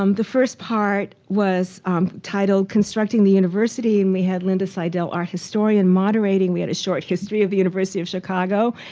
um the first part was titled constructing the university. and we had linda sydell our historian moderating. we had a short history of the university of chicago.